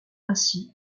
ainsi